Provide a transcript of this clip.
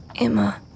Emma